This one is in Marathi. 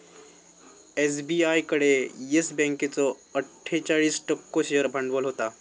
एस.बी.आय कडे येस बँकेचो अट्ठोचाळीस टक्को शेअर भांडवल होता